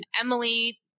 Emily